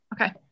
Okay